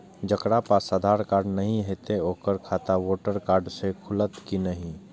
जकरा पास आधार कार्ड नहीं हेते ओकर खाता वोटर कार्ड से खुलत कि नहीं?